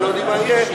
ולא יודעים מה יהיה,